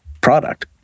product